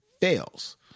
fails